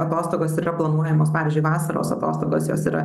atostogos yra planuojamos pavyzdžiui vasaros atostogos jos yra